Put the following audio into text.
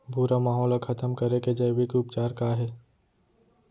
भूरा माहो ला खतम करे के जैविक उपचार का हे?